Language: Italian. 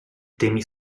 temi